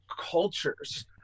cultures